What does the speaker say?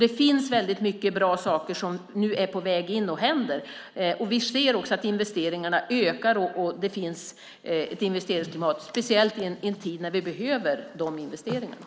Det finns väldigt många bra saker som nu är på väg in och händer. Vi ser också att investeringarna ökar och att det finns ett investeringsklimat, speciellt i en tid när vi behöver de investeringarna.